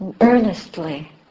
earnestly